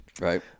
Right